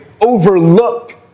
overlook